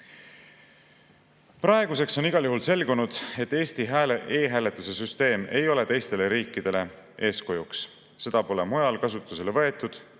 Praeguseks on igal juhul selgunud, et Eesti e‑hääletuse süsteem ei ole teistele riikidele eeskujuks. Seda pole mujal kasutusele võetud